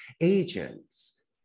agents